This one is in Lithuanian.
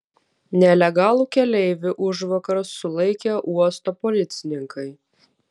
nelegalų keleivį užvakar sulaikė uosto policininkai